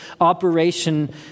operation